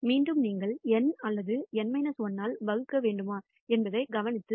மீண்டும் நீங்கள் N அல்லது N 1 ஆல் வகுக்க வேண்டுமா என்பது கவனிக்கத்தக்கது